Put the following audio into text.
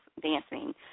dancing